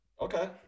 okay